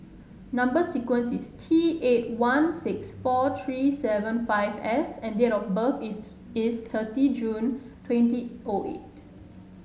number sequence is T eight one six four three seven five S and date of birth is is thirty June twenty O eight